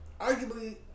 arguably